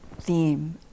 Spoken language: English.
theme